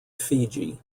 fiji